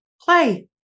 play